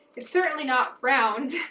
it's certainly not round,